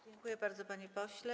Dziękuję bardzo, panie pośle.